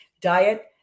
diet